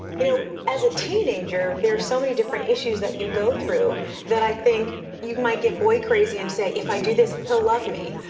you know as a teenager, there are so many different issues that you go through that i think you might get boy crazy and say, if i do this, hell love me.